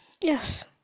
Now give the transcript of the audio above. yes